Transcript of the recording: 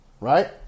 right